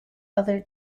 other